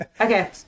Okay